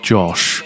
Josh